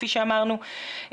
כפי שאמרנו,